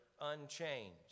unchanged